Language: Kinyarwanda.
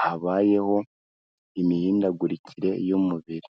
habayeho imihindagurikire y'umubiri.